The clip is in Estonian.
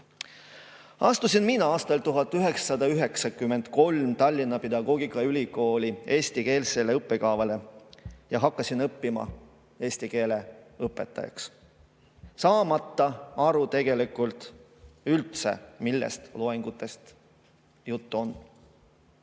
astusin aastal 1993 Tallinna Pedagoogikaülikooli eestikeelsele õppekavale ja hakkasin õppima eesti keele õpetajaks, saamata tegelikult üldse aru, millest loengutes juttu oli.